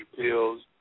pills